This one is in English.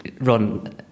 run